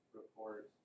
report